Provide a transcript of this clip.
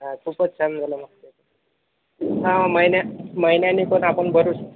हो खूपच छान झालं मग ते हो महिन्या महिन्याने पण आपण भरू